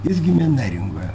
jis gimė neringoje